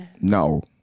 No